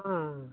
ஆ